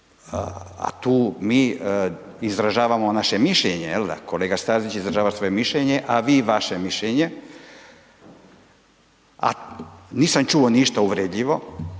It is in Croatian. a tu mi izražavamo naše mišljenje, je li da? Kolega Stazić izražava svoje mišljenje, a vi vaše mišljenje. A nisam čuo ništa uvredljivo